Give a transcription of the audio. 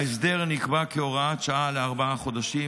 ההסדר נקבע כהוראת שעה לארבעה חודשים,